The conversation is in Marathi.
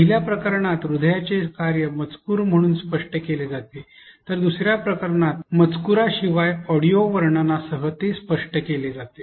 पहिल्या प्रकरणात हृदयाचे कार्य मजकूर म्हणून स्पष्ट केले जाते तर दुसर्या प्रकरणात मजकूराशिवाय ऑडिओ वर्णनासह ते स्पष्ट केले जाते